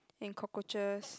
and cockroaches